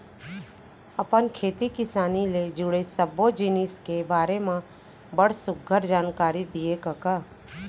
अपन खेती किसानी ले जुड़े सब्बो जिनिस के बारे म बड़ सुग्घर जानकारी दिए कका